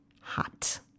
hot